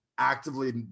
actively